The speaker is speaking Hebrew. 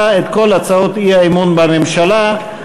להביע אי-אמון בממשלה לא נתקבלה.